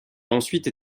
ensuite